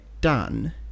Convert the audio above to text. done